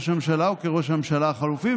ג'ובים למקורבים ואאודי בשיירה לראש הממשלה החלופי.